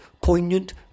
poignant